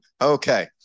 Okay